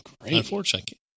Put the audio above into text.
unfortunately